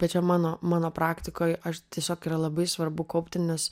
bet mano mano praktikoj aš tiesiog yra labai svarbu kaupti nes